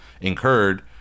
incurred